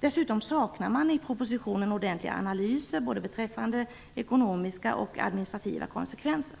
Dessutom saknas i propositionen ordentliga analyser beträffande både ekonomiska och administrativa konsekvenser.